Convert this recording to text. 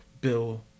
bill